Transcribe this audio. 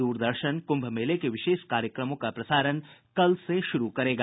दूरदर्शन कुम्भ मेले के विशेष कार्यक्रमों का प्रसारण कल से शुरु करेगा